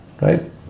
right